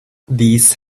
these